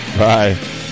bye